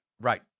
Right